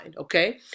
okay